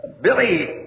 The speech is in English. Billy